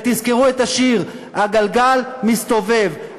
ותזכרו את השיר: הגלגל מסתובב,